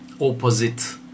Opposite